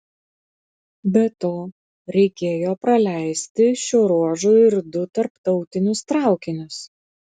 be to reikėjo praleisti šiuo ruožu ir du tarptautinius traukinius